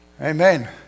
Amen